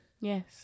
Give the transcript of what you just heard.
Yes